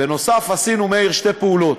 בנוסף, עשינו, מאיר, שתי פעולות.